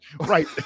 right